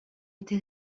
été